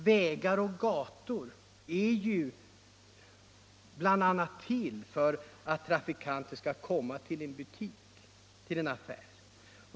Vägar och gator finns ju bl.a. till för att trafikanter skall kunna komma till en affär.